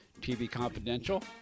tvconfidential